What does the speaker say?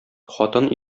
хатын